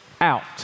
Out